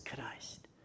Christ